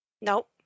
Nope